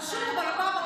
זה חשוב, אבל בפעם הבאה.